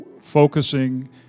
focusing